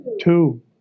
two